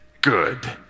good